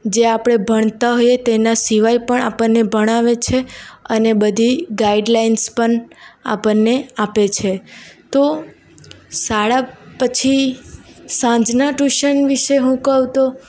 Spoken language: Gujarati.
જે આપણે ભણતા હોઈએ તેના સિવાય પણ આપણને ભણાવે છે અને બધી ગાઈડલાઇન્સ પણ આપણને આપે છે તો શાળા પછી સાંજના ટ્યુશન વિષે હું કહું તો